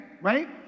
Right